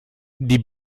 die